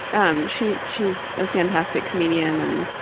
um she's she's a fantastic comedian and